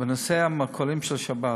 בנושא המרכולים של שבת.